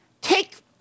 Take